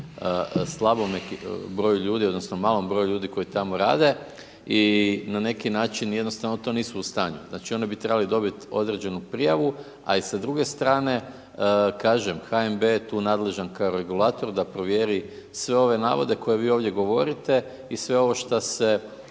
slabome broju ljudi odnosno malom broju ljudi koji tamo rade i na neki način jednostavno to nisu u stanju. Znači, oni bi trebali dobiti određenu prijavu, a i sa druge strane, kažem HNB je tu nadležan kao regulator da provjeri sve ove navode koje vi ovdje govorite i sve ovo na šta se